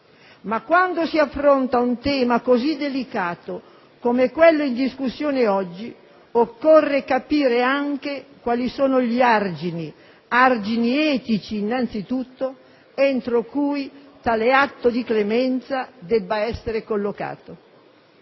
Ma quando si affronta un tema così delicato come quello in discussione oggi, occorre capire anche quali sono gli argini, argini etici, innanzitutto, entro cui tale atto di clemenza debba essere collocato,